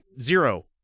zero